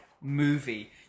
movie